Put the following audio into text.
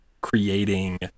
creating